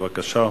בבקשה.